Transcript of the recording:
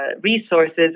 resources